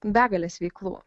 begalės veiklų